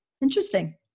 Interesting